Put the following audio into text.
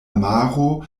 maro